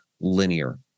linear